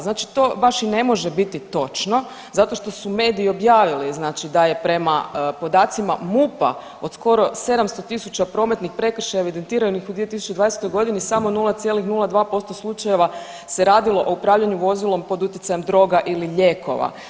Znači to baš i ne može biti točno zato što su mediji objavili da je prema podacima MUP-a od skoro 700.000 prometnih prekršaja evidentiranih u 2020. godini samo 0,02% slučajeva se radilo o upravljanju vozilom pod utjecajem droga ili lijekova.